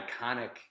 iconic